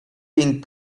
being